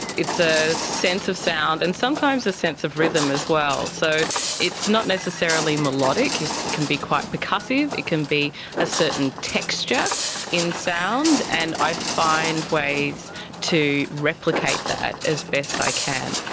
it's a sense of sound and sometimes a sense of rhythm as well. so it's not necessarily melodic. it can be quite percussive, it can be a certain texture in sound, and i find ways to replicate that as best i can.